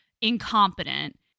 incompetent